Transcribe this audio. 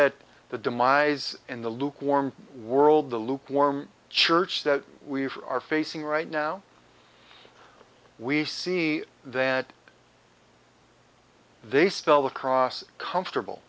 at the demise in the lukewarm world the lukewarm church that we are facing right now we see that they still across comfortable